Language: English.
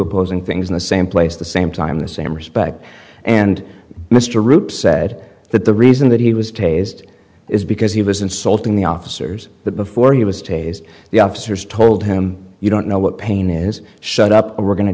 opposing things in the same place the same time the same respect and mr root said that the reason that he was tasered is because he was insulting the officers before he was tasered the officers told him you don't know what pain is shut up we're go